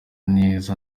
neza